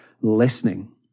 listening